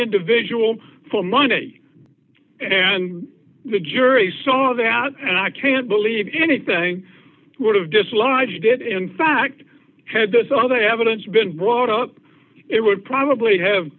individual for money and the jury saw that and i can't believe anything would have dislodged did in fact had this all the evidence been brought up it would probably have